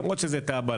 למרות שזה תב"ע,